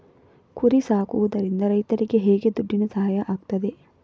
ಕುರಿ ಸಾಕುವುದರಿಂದ ರೈತರಿಗೆ ಹೇಗೆ ದುಡ್ಡಿನ ಸಹಾಯ ಆಗ್ತದೆ?